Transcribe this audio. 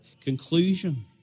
conclusion